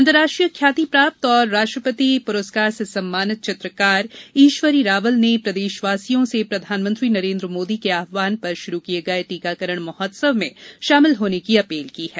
अंतरराष्ट्रीय ख्याति प्राप्त और राष्ट्रपति पुरस्कार से सम्मानित चित्रकार ईष्वरी रावल ने प्रदेषवासियों से प्रधानमंत्री नरेंद्र मोदी के आह्वान पर षुरू किए गये टीकाकरण महोत्सव में षामिल होने की अपील की है